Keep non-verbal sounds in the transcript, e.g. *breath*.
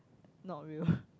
not real *breath*